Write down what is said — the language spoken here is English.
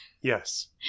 Yes